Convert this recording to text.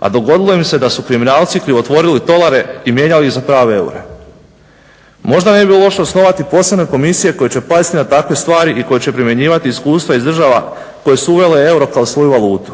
a dogodilo im se da su kriminalci krivotvorili tolare i mijenjali ih za prave eure. Možda ne bi bilo loše osnovati posebne komisije koje će paziti na takve stvari i koje će primjenjivati iskustva iz država koje su uvele euro kao svoju valutu.